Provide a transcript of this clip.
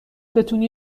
بتونی